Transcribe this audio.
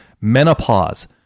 menopause